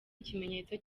ikimenyetso